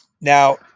now